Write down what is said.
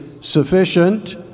sufficient